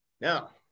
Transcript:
Now